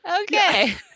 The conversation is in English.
Okay